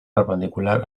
perpendicular